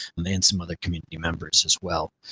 um and some other community members as well.